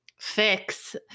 Fix